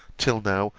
till now,